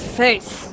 face